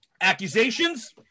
Accusations